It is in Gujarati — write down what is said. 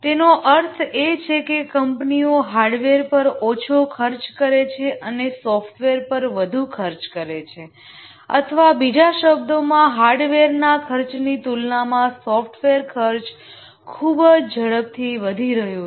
તેનો અર્થ એ છે કે કંપનીઓ હાર્ડવેર પર ઓછો ખર્ચ કરે છે અને સોફ્ટવેર પર વધુ ખર્ચ કરે છે અથવા બીજા શબ્દોમાં હાર્ડવેરના ખર્ચની તુલનામાં સોફ્ટવેર ખર્ચ ખૂબ ઝડપથી વધી રહ્યો છે